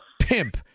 pimp